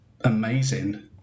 amazing